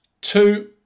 two